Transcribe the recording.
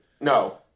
No